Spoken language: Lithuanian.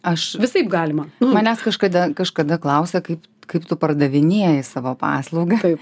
aš visai galima manęs kažkada kažkada klausė kaip kaip tu pardavinėji savo paslaugą tai